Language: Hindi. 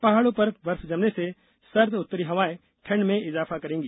पहाड़ों पर बर्फ जमने से सर्द उत्तरी हवाएं ठंड में इजाफा करेंगी